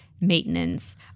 Maintenance